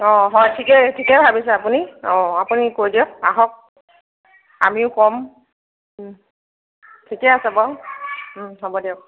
অ হয় ঠিকে ঠিকে ভাবিছে আপুনি অ আপুনি কৈ দিয়ক আহক আমিও কম ওম ঠিকে আছে বাৰু ওম হ'ব দিয়ক